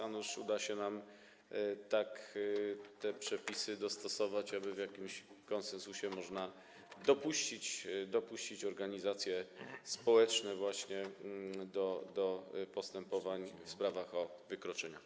A nuż uda nam się tak te przepisy dostosować, aby w jakimś konsensusie można było dopuścić organizacje społeczne właśnie do postępowań w sprawach o wykroczenia.